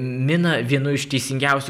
miną vienu iš teisingiausių